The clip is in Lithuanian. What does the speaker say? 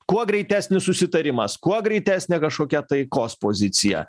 kuo greitesnis susitarimas kuo greitesnė kažkokia taikos pozicija